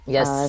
Yes